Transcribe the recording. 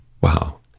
Wow